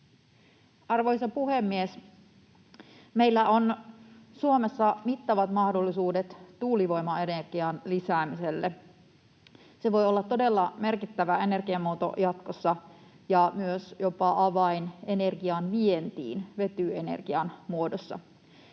Arvoisa puhemies! Meillä on Suomessa mittavat mahdollisuudet tuulivoimaenergian lisäämiselle. Se voi olla todella merkittävä energiamuoto jatkossa ja myös jopa avain energian vientiin vetyenergian muodossa.